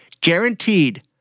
guaranteed